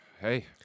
Hey